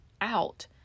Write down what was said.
out